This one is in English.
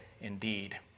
indeed